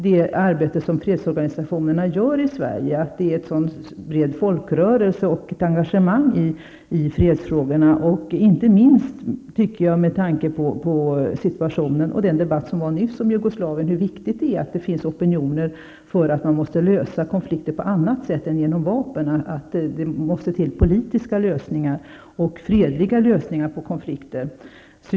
Det arbete som fredsorganisationerna utför i Sverige är unikt. Det är en bred folkrörelse, och det finns ett stort engagemang i fredsfrågorna. Inte minst med tanke på situationen i Jugoslavien, tycker jag att det är viktigt att det finns opinioner för att man skall lösa konflikter på annat sätt än genom vapen. Det måste till politiska och fredliga lösningar på konflikter.